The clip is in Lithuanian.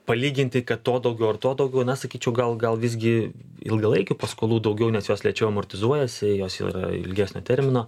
palyginti kad to daugiau ir tuo daugiau na sakyčiau gal gal visgi ilgalaikių paskolų daugiau nes jos lėčiau amortizuojasi jos yra ilgesnio termino